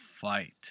Fight